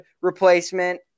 replacement